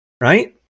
right